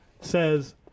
says